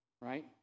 right